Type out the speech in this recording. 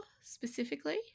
specifically